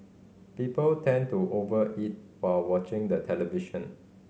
people tend to over eat while watching the television